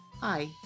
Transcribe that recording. Hi